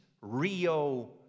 Rio